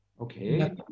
okay